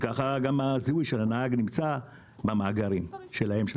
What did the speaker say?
כך נמצא גם הזיהוי של הנהג במאגרים שלהם.